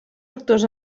actors